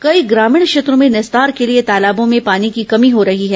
कई ग्रामीण क्षेत्रों में निस्तार के लिए तालाबों में पानी की कमी हो रही है